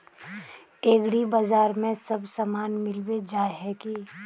एग्रीबाजार में सब सामान मिलबे जाय है की?